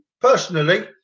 personally